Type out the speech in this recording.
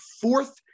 fourth